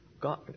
God